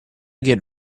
get